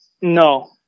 No